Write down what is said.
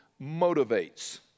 motivates